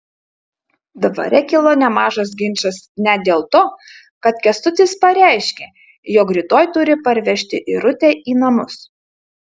dvare kilo nemažas ginčas net dėl to kad kęstutis pareiškė jog rytoj turi parvežti irutę į namus